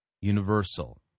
universal